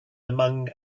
among